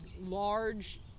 large